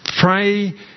pray